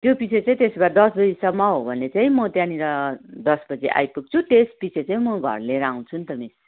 त्योपछि चाहिँ त्यसो भए दस बजीसम्म हो भने चाहिँ म त्यहाँनिर दस बजी आइपुग्छु त्यसपछि चाहिँ म घर लिएर आउँछु नि त मिस